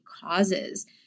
causes